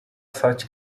folgte